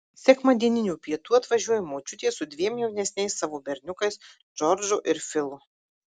sekmadieninių pietų atvažiuoja močiutė su dviem jaunesniais savo berniukais džordžu ir filu